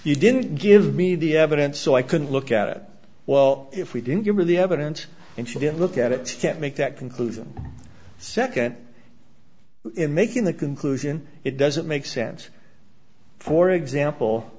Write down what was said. you didn't give me the evidence so i couldn't look at it well if we didn't give her the evidence and she didn't look at it can't make that conclusion second in making the conclusion it doesn't make sense for example